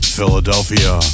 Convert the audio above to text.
Philadelphia